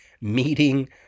meeting